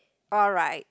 alright